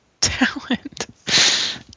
talent